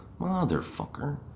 Motherfucker